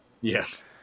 Yes